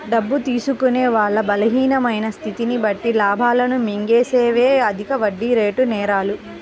డబ్బు తీసుకునే వాళ్ళ బలహీనమైన స్థితిని బట్టి లాభాలను మింగేసేవే అధిక వడ్డీరేటు నేరాలు